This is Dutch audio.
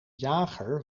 jager